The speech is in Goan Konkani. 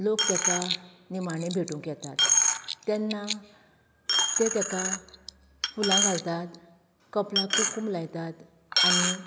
लोक ताका निमाणे भेटूंक येतात तेन्ना तें ताका फुलां घालतात कपलाक कुंकूम लायतात आनीक